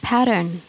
Pattern